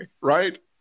right